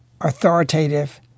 authoritative